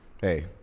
hey